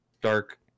Dark